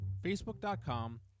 Facebook.com